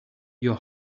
your